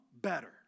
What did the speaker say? better